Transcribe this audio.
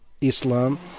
Islam